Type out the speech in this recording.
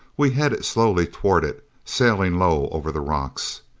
we headed slowly toward it, sailing low over the rocks.